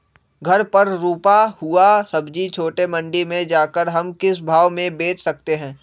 घर पर रूपा हुआ सब्जी छोटे मंडी में जाकर हम किस भाव में भेज सकते हैं?